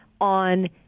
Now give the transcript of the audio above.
on